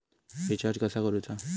Recharge कसा करूचा?